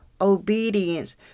obedience